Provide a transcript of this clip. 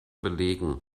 belegen